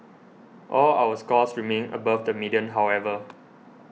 all our scores remain above the median however